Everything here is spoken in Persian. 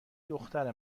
دختر